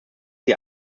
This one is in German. sie